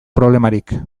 problemarik